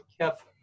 kept